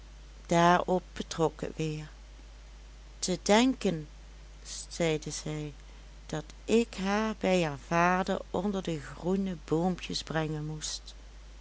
daarop betrok het weer te denken zeide zij dat ik haar bij haar vader onder de groene boompjes brengen moest